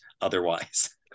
otherwise